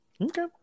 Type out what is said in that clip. okay